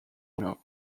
honour